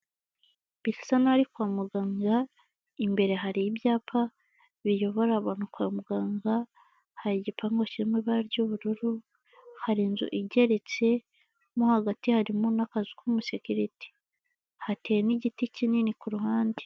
Bisa n'aho ari kwa mugara, imbere hari ibyapa biyobora abantu kwa muganga. Hari igipangu kirimo ibara ry'ubururu, hari inzu igeretse mo hagati harimo n'akazu k'umusekeriti. Hateye n'igiti kinini ku ruhande.